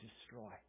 destroy